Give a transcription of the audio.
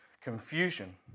confusion